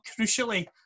crucially